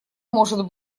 может